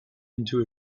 into